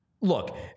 look